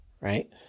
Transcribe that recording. right